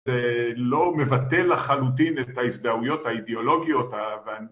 זה לא מבטא לחלוטין את ההזדהויות האידיאולוגיות